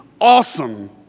awesome